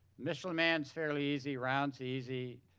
michelin man is fairly easy, rounds easy,